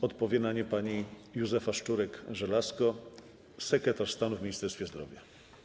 Odpowie na nie pani Józefa Szczurek-Żelazko, sekretarz stanu w Ministerstwie Zdrowia.